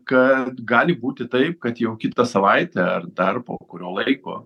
kad gali būti taip kad jau kitą savaitę ar dar po kurio laiko